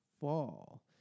fall